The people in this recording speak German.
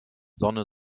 sonne